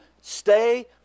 stay